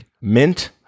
mint